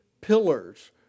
pillars